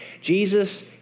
Jesus